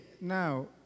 now